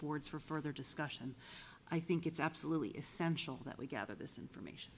boards for further discussion i think it's absolutely essential that we gather this information